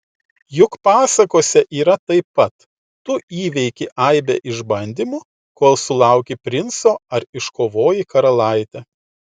juk pasakose yra taip pat tu įveiki aibę išbandymų kol sulauki princo ar iškovoji karalaitę